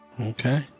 Okay